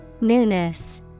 Newness